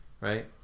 right